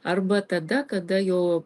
arba tada kada jau